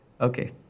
Okay